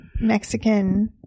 Mexican